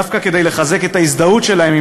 דווקא כדי לחזק את ההזדהות שלהם עם